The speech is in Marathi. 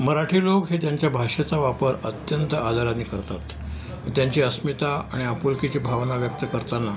मराठी लोक हे त्यांच्या भाषेचा वापर अत्यंत आदराने करतात त्यांची अस्मिता आणि आपुलकीची भावना व्यक्त करताना